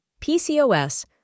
PCOS